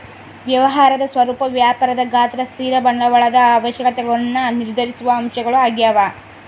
ವ್ಯವಹಾರದ ಸ್ವರೂಪ ವ್ಯಾಪಾರದ ಗಾತ್ರ ಸ್ಥಿರ ಬಂಡವಾಳದ ಅವಶ್ಯಕತೆಗುಳ್ನ ನಿರ್ಧರಿಸುವ ಅಂಶಗಳು ಆಗ್ಯವ